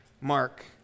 Mark